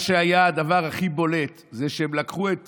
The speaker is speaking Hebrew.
מה שהיה הדבר הכי בולט זה שהם לקחו את